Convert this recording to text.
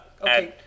Okay